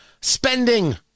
Spending